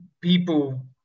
people